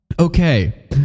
okay